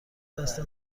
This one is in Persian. دست